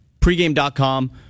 pregame.com